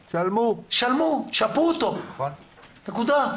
תשלמו, תשפו אותו, נקודה.